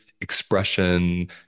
expression